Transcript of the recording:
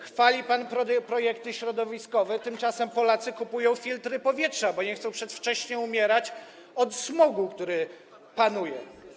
Chwali pan projekty środowiskowe, tymczasem Polacy kupują filtry powietrza, bo nie chcą przedwcześnie umierać z powodu smogu, który jest.